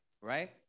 right